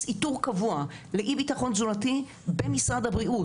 איתור קבוע לאי ביטחון תזונתי במשרד הבריאות,